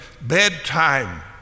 bedtime